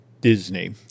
Disney